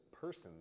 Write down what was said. person